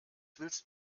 willst